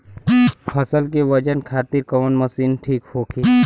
फसल के वजन खातिर कवन मशीन ठीक होखि?